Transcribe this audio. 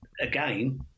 again